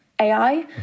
AI